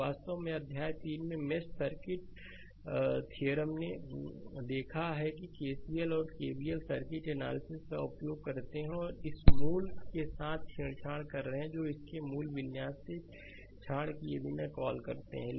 तो वास्तव में अध्याय 3 मेंसर्किट थ्योरम ने देखा है कि KCL और KVL और सर्किट एनालिसिस का उपयोग किया है और इस मूल r के साथ छेड़छाड़ कर रहे हैं जो इसके मूल विन्यास से छेड़छाड़ किए बिना कॉल करते हैं